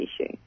issue